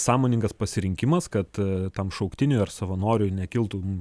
sąmoningas pasirinkimas kad tam šauktiniui ar savanoriui nekiltų